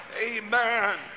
amen